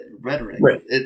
rhetoric